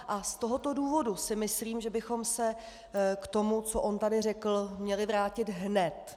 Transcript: A z tohoto důvodu si myslím, že bychom se k tomu, co on tady řekl, měli vrátit hned!